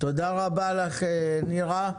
תודה רבה לך נירה.